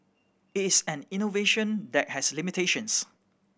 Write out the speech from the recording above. it is an innovation that has limitations